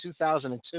2002